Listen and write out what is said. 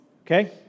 okay